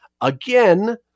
again